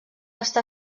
està